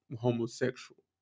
homosexual